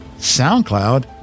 SoundCloud